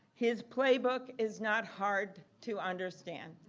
his playbook is not hard to understand.